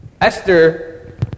Esther